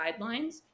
guidelines